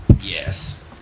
Yes